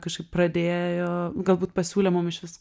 kažkaip pradėjo galbūt pasiūlė mum iš vis